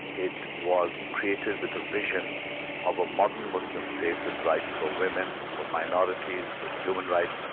it was created with a vision of a modern muslim state, with rights for women, for minorities', human rights,